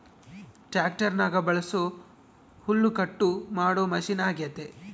ಟ್ಯಾಕ್ಟರ್ನಗ ಬಳಸೊ ಹುಲ್ಲುಕಟ್ಟು ಮಾಡೊ ಮಷಿನ ಅಗ್ಯತೆ